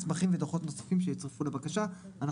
מסמכים ודוחות נוספים שיצורפו לבקשה..".